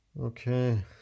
Okay